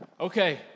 okay